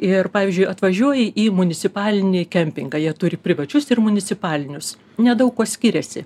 ir pavyzdžiui atvažiuoji į municipalinį kempingą jie turi privačius ir municipalinius nedaug kuo skiriasi